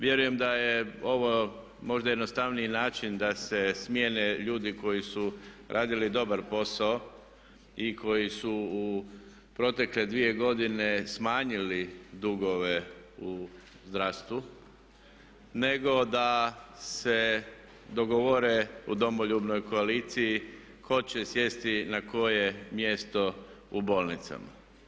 Vjerujem da je ovo možda jednostavniji način da se smijene ljudi koji su radili dobar posao i koji su u protekle dvije godine smanjili dugove u zdravstvu, nego da se dogovore u Domoljubnoj koaliciji tko će sjesti na koje mjesto u bolnicama.